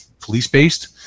police-based